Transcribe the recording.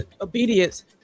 obedience